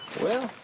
well,